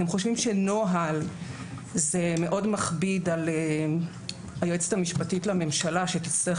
אם אתם חושבים שנוהל הוא מאוד מכביד על היועצת המשפטית לממשלה שתצטרך